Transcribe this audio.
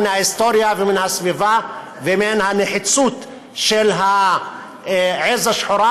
מן ההיסטוריה ומן הסביבה ומן הנחיצות של העז השחורה,